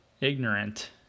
ignorant